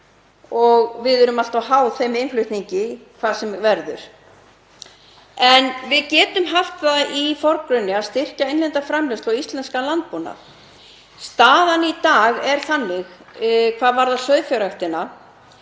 og við erum alltaf háð þeim innflutningi hvað sem verður. En við getum haft það í forgrunni að styrkja innlenda framleiðslu og íslenskan landbúnað. Staðan í dag er þannig hvað varðar sauðfjárræktina